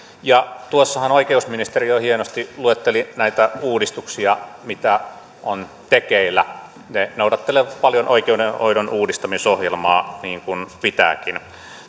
ja tuossahan oikeusministeri jo hienosti luetteli näitä uudistuksia mitä on tekeillä ne noudattelevat paljon oikeudenhoidon uudistamisohjelmaa niin kuin pitääkin